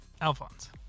Alphonse